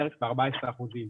בערך בארבע עשרה אחוזים.